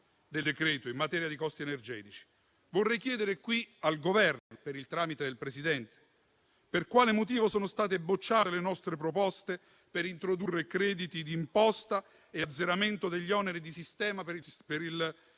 del decreto in materia di costi energetici. Vorrei chiedere qui al Governo - per il tramite del Presidente - per quale motivo sono state bocciate le nostre proposte per introdurre crediti di imposta e azzeramento degli oneri di sistema per il